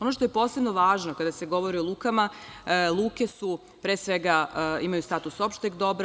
Ono što je posebno važno kada se govori o lukama, luke su, pre svega, imaju status opšteg dobra.